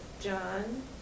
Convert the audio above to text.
John